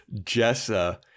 Jessa